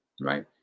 right